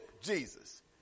Jesus